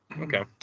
Okay